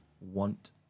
want